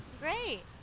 Great